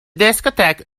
discotheque